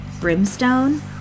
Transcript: brimstone